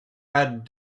had